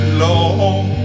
long